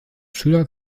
schüler